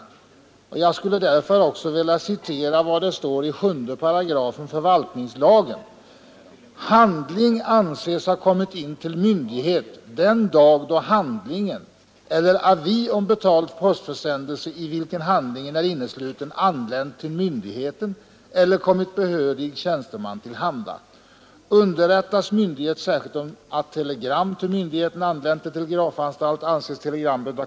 Jag vill därför också citera ur 7§ förvaltningslagen: ”Handling anses ha kommit in till myndighet den dag då handlingen eller avi om betald postförsändelse, i vilken handlingen är innesluten, anlänt till myndigheten eller kommit behörig tjänsteman till handa.